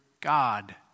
God